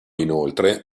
inoltre